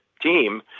team